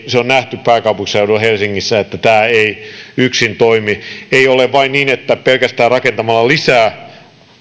se on nähty pääkaupungissa helsingissä että tämä talousteoreettinen malli ei yksin toimi ei ole vain niin että pelkästään rakentamalla lisää